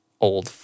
old